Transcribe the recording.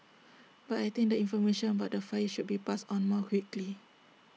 but I think the information about the fire should be passed on more quickly